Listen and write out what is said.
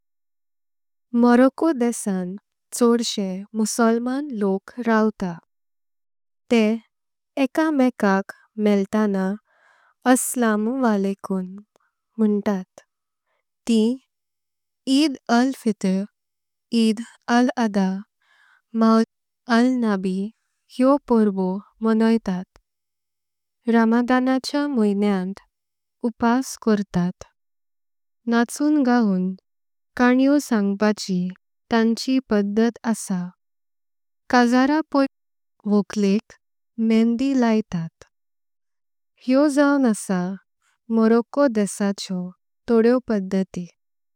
मोरोक्को देशांत चौदशे मुसलमान लोक रावता। ते एका मेकाक मेळताना अस्सलामु अलैकुम म्हणतत। तिं ईद अल फितर ईद अल अधा मवलिद। अल नबी हयो परबो मोणोतात रमादानाच्या। महिनेांत उपास करतात नाचून गावून खान्निओ। सांगपाची तांची पडत असा काजरां पोईलीं। वोकलेक म्हेंदी लायतात हयो जाऊन। असा मोरोक्को देशाचेो तोडयो पध्दति।